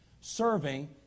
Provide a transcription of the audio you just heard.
serving